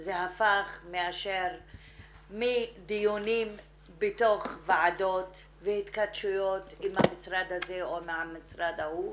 זה הפך מדיונים בתוך ועדות והתכתשויות עם המשרד הזה או עם המשרד ההוא,